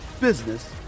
business